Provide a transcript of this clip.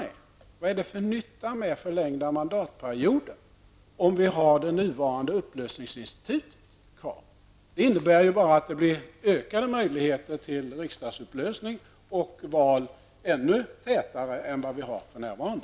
Men vad är det för nytta med förlängda mandatperioder om vi har det nuvarande upplösningsinstitutet kvar? Det innebär bara ökade möjligheter till riksdagsupplösning och val ännu tätare än vi har för närvarande.